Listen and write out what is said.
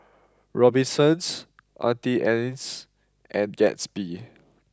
Robinsons Auntie Anne's and Gatsby